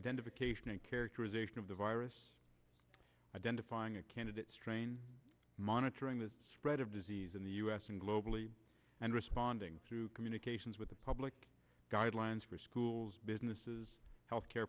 identification and characterization of the virus identifying a candidate strain monitoring the spread of disease in the u s and globally and responding through communications with the public guidelines for schools businesses health care